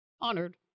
honored